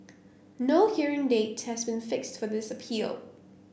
no hearing date has been fixed for this appeal